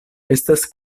estas